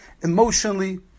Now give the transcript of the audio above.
emotionally